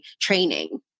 training